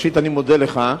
ראשית, אני מודה לך,